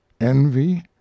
envy